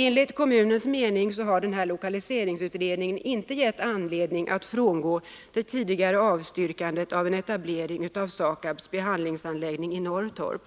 Enligt kommunens mening har lokaliseringsutredningen inte givit kommunen anledning att frångå sitt tidigare avstyrkande av en etablering av SAKAB:s behandlingsanläggning i Norrtorp.